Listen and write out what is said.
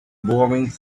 boring